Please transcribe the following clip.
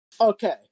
Okay